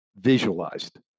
visualized